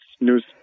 news